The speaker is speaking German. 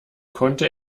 konnte